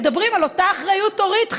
מדברים על אותה אחריות הורית,